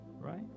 Right